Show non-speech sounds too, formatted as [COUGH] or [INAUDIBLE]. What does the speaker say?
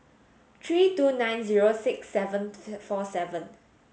three two nine zero six seven [UNINTELLIGIBLE] four seven